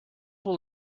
will